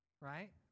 Right